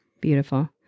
Beautiful